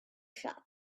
shop